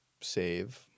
save